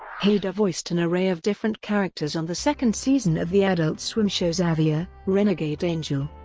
hader voiced an array of different characters on the second season of the adult swim show xavier renegade angel.